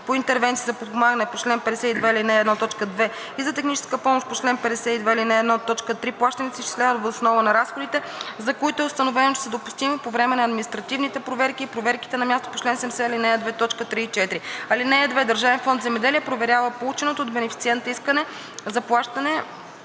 по интервенции за подпомагане по чл. 52, ал. 1, т. 2 и за техническа помощ по чл. 52, ал. 1, т. 3 плащанията се изчисляват въз основа на разходите, за които е установено, че са допустими по време на административните проверки и проверките на място по чл. 70, ал. 2, т. 3 и 4. (2) Държавен фонд „Земеделие“ проверява полученото от бенефициента искане за плащане,